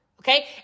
Okay